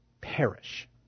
Perish